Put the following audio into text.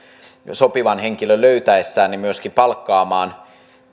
sopivan henkilön löytäessään myöskin palkkaamaan